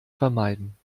vermeiden